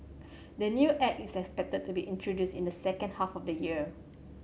the new Act is expected to be introduced in the second half of the year